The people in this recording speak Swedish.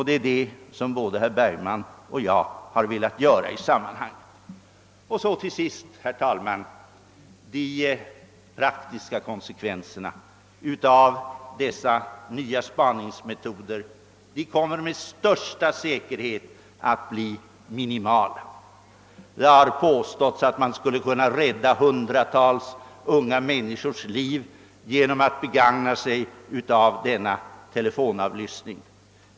Det är detta som både herr Bergman och jag har velat göra. Till sist, herr talman, vill jag säga att de praktiska resultaten av de föreslagna nya spaningsmetoderna med säkerhet kommer att bli minimala. Det har påståtts att man skulle kunna rädda 100-tals unga liv genom att begagna sig av denna telefonavlyssning.